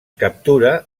captura